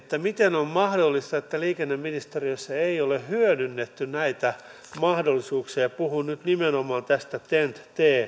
miten on mahdollista että liikenneministeriössä ei ole hyödynnetty näitä mahdollisuuksia ja puhun nyt nimenomaan tästä ten